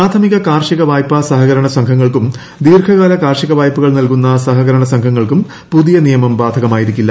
പ്രാഥമിക കാർഷിക വായ്പാ സഹകരണ സംഘങ്ങൾക്കും ദീർഘകാല കാർഷിക വായ്പകൾ നൽകുന്ന സഹകരണ സംഘങ്ങൾക്കും പുതിയ നിയമം ബാധകമായിരിക്കില്ല